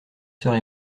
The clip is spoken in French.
soeur